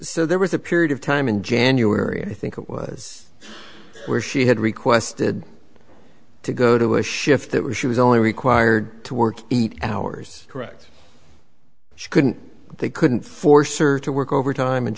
so there was a period of time in january i think it was where she had requested to go to a shift that was she was only required to work eight hours correct she couldn't they couldn't force or to work overtime and